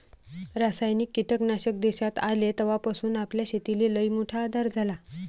रासायनिक कीटकनाशक देशात आले तवापासून आपल्या शेतीले लईमोठा आधार झाला